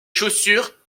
chaussures